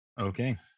Okay